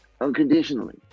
unconditionally